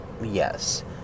Yes